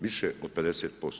Više od 50%